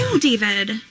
David